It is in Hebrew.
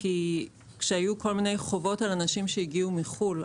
כשהיו כל מיני חובות על אנשים שהגיעו מחו"ל.